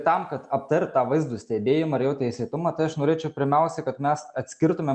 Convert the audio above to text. tam kad aptart tą vaizdo stebėjimą ir jo teisėtumą tai aš norėčiau pirmiausiai kad mes atskirtumėm